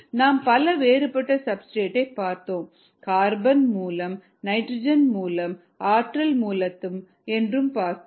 நாம் பல வேறுபட்ட சப்ஸ்டிரேட் டை பார்த்தோம் கார்பன் மூலம் நைட்ரஜன் மூலம் ஆற்றல் மூலத்தைப் என்று பார்த்தோம்